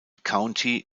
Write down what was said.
county